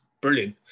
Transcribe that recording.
brilliant